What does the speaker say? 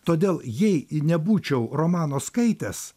todėl jei nebūčiau romano skaitęs